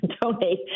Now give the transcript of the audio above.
donate